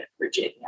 Virginia